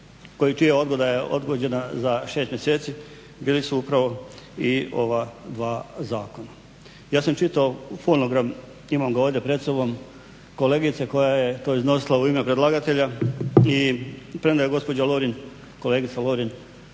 odgoda je odgođena za 6 mjeseci bili su upravo i ova dva zakona. Ja sam čitao fonogram, imam ga ovdje pred sobom, kolegice koja je to iznosila u ime predlagatelja i premda je gospođa Lovrin, kolegica Lovrin